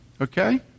Okay